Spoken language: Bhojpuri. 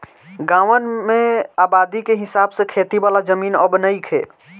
गांवन में आबादी के हिसाब से खेती वाला जमीन अब नइखे